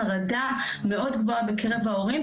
חרדה מאוד גבוהה בקרב ההורים,